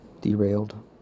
Derailed